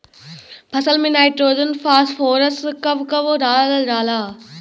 फसल में nitrogen phosphorus कब कब डालल जाला?